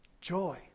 Joy